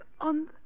on